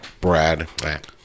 brad